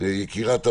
יקירת הוועדה,